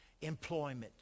employment